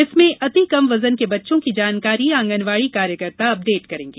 जिसमे अति कम वजन के बच्चों की जानकारी आंगनवाड़ी कार्यकर्ता अपडेट करेगी